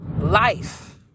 life